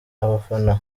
abafana